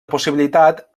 possibilitat